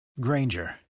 Granger